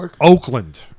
Oakland